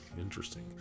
interesting